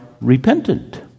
repentant